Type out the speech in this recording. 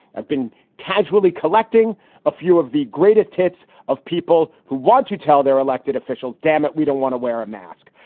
i've been casually collecting a few of the greatest hits of people who want to tell their elected officials. damn it, we don't want to wear a mask,